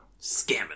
Scamming